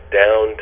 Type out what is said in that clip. down